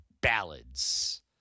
ballads